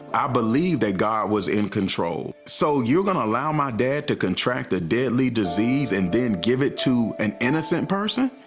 i believed that god was in control. so you're going to allow my dad to contract a deadly disease and then give it to an innocent person?